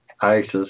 ISIS